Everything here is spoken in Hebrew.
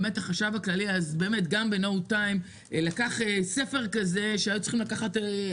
החשב הכללי אז לקח ספר כזה גדול,